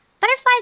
Butterflies